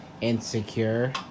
insecure